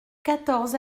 quatorze